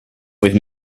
with